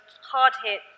hard-hit